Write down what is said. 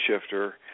Shifter